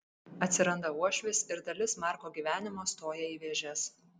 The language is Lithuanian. atsiranda uošvis ir dalis marko gyvenimo stoja į vėžes